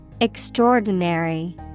Extraordinary